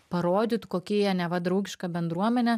parodytų kokie jie neva draugiška bendruomenė